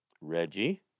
Reggie